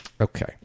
Okay